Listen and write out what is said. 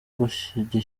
gishyirwa